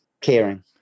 caring